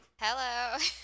Hello